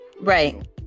Right